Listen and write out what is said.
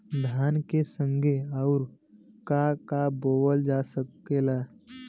धान के संगे आऊर का का उगावल जा सकेला?